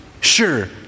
Sure